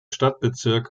stadtbezirk